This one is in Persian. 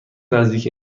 نزدیک